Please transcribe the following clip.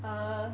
err